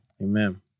Amen